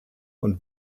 und